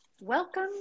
Welcome